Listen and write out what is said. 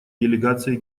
делегацией